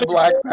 Black